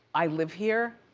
i live here?